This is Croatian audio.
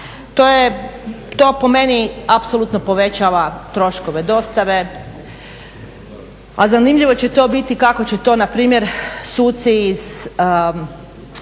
To po meni apsolutno povećava troškove dostave, a zanimljivo će to biti kako će to na primjer suci iz